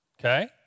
Okay